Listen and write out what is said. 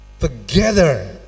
together